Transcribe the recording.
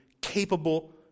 capable